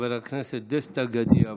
חבר הכנסת דסטה גדי יברקן.